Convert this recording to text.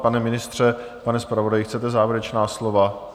Pane ministře, pane zpravodaji, chcete závěrečná slova?